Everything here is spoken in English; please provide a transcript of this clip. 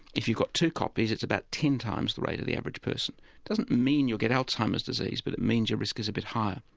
if you've got two copies it's about ten times the rate of the average person. it doesn't mean you'll get alzheimer's disease but it means your risk is a bit higher.